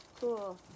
Cool